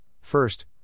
first